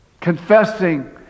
Confessing